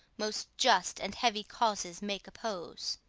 most just and heavy causes make oppose.